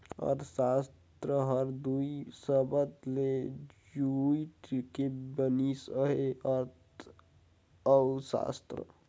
अर्थसास्त्र हर दुई सबद ले जुइड़ के बनिस अहे अर्थ अउ सास्त्र